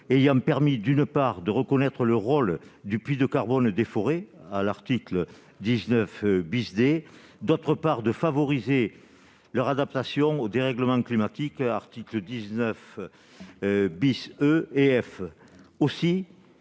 y a permis d'une part, de reconnaître le rôle du puits de carbone des forêts à l'article 19 bis, et d'autre part de favoriser leur adaptation au dérèglement climatique article 19 bis E et F aussi